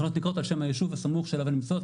תחנות נקראות על שם הישוב הסמוך שאליו הם נמצאות.